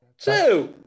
Two